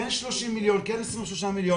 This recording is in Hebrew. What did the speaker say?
כן 30 מיליון, כן 23 מיליון